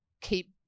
keep